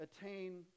attain